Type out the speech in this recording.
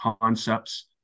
concepts